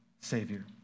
Savior